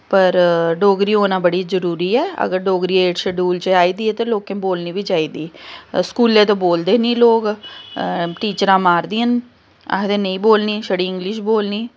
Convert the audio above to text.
पर डोगरी होना बड़ी जरूरी ऐ अगर डोगरी एड़थ श्यूडल च आई दी ऐ ते लोकें बोलनी बी चाहिदी स्कूलें ते बोलदे निं लोक टीचरां मारदियां न आखदे नेईं बोलनी छड़ी इंगलिश बोलनी